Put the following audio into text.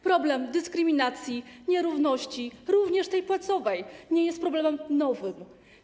Problem dyskryminacji, nierówności, również płacowej, nie jest problemem nowym.